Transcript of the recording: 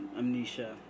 amnesia